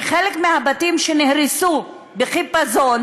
שחלק מהבתים שנהרסו בחיפזון